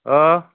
ഓ